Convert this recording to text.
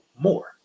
more